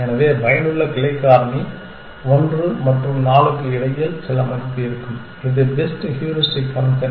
எனவே பயனுள்ள கிளைக் காரணி 1 மற்றும் 4 க்கு இடையில் சில மதிப்பு இருக்கும் இது பெஸ்ட் ஹூரிஸ்டிக் ஃபங்க்ஷன்